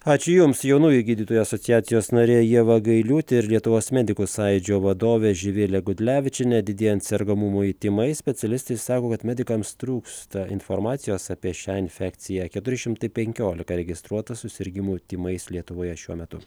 ačiū jums jaunųjų gydytojų asociacijos narė ieva gailiūtė ir lietuvos medikų sąjūdžio vadovė živilė gudlevičienė didėjant sergamumui tymais specialistai sako kad medikams trūksta informacijos apie šią infekciją keturi šimtai penkiolika registruota susirgimų tymais lietuvoje šiuo metu